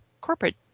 corporate